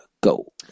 go